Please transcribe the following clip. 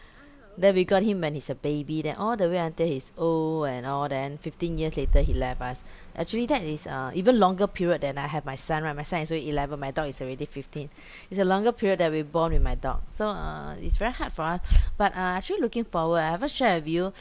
that we got him when he's a baby then all the way until he's old and all then fifteen years later he left us actually that is uh even longer period than I have my son right my son is only eleven my dog is already fifteen it's a longer period that we've bond with my dog so uh it's very hard for us but uh I actually looking forward eh have I share with you